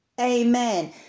amen